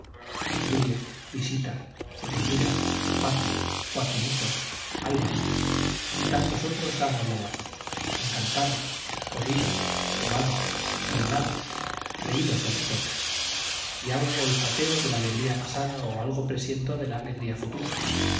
obdulia visita edelmira paco joaquinito álvaro y tantos otros han hablado aquí han cantado corrido jugado bailado reído sobre todo y algo olfateo de la alegría pasada o algo presiento de la alegría futura